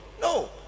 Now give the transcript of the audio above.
No